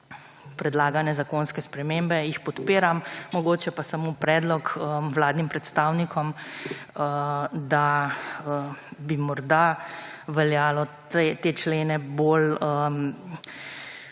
predlagane zakonske spremembe, jih podpiram. Mogoče pa samo predlog vladnim predstavnikom, da bi morda veljalo te člene bolj